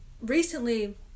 recently